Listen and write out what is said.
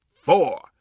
four